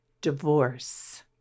divorce